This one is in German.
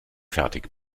fertig